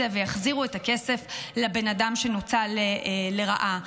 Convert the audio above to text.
ויחזירו את הכסף לאדם שנוצל לרעה.